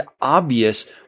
obvious